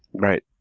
right.